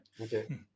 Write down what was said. okay